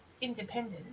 independent